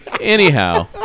Anyhow